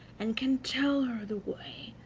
and can tell her the way,